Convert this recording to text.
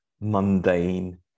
mundane